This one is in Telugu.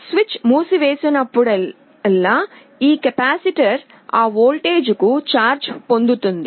స్విచ్ మూసివేసినప్పుడల్లా ఈ కెపాసిటర్ ఆ వోల్టేజ్కు ఛార్జ్ పొందుతుంది